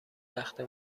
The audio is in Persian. تخته